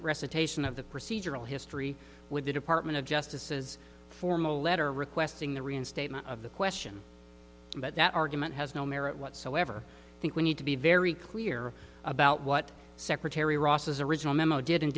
recitation of the procedural history with the department of justice's formal letter requesting the reinstatement of the question but that argument has no merit whatsoever i think we need to be very clear about what secretary ross's original memo did and